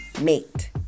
mate